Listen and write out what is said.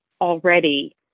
already